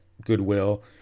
Goodwill